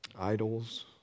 idols